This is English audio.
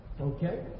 Okay